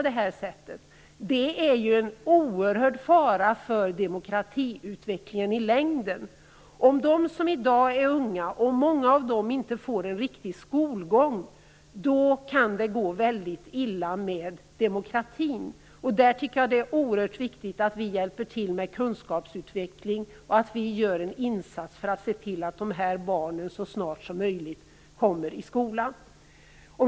Det är en oerhörd fara för demokratiutvecklingen i längden. Om många av dem som i dag är unga inte får en riktig skolgång kan det gå väldigt illa med demokratin. Jag tycker att det är oerhört viktigt att vi hjälper till med kunskapsutveckling och att vi gör en insats för att se till att dessa barn så snart som möjligt kommer i skola.